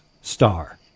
Star